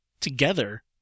together